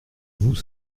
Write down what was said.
vous